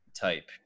type